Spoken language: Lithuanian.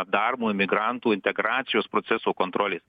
darbo imigrantų integracijos proceso kontrolės